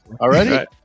Already